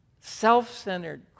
self-centered